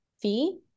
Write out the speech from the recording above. Fee